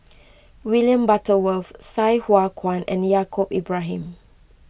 William Butterworth Sai Hua Kuan and Yaacob Ibrahim